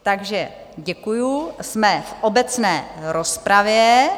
Takže děkuji, jsme v obecné rozpravě.